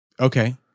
Okay